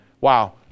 Wow